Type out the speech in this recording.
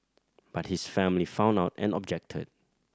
but his family found out and objected